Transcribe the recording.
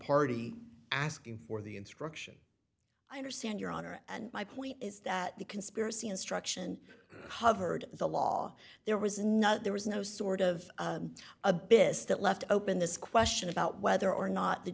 party asking for the instruction i understand your honor and my point is that the conspiracy instruction covered the law there was no there was no sort of a business that left open this question about whether or not the